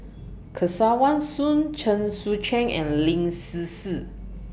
Kesavan Soon Chen Sucheng and Lin Hsin Hsin